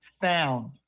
found